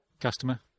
customer